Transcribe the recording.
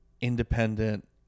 independent